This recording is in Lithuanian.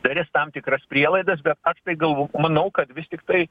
darys tam tikras prielaidas bet aš galvo manau kad vis tiktai